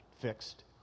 fixed